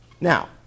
Now